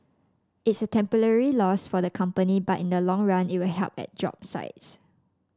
it's a temporary loss for the company but in the long run it will help at job sites